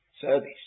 service